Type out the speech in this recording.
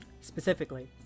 Specifically